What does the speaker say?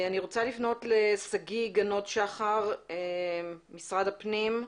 אני רוצה לפנות לשגיא גנות שחר ממשרד הפנים,